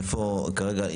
איפה כרגע,